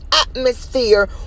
atmosphere